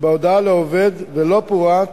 בהודעה לעובד, ולא פורט